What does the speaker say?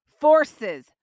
forces